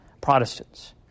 Protestants